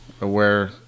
aware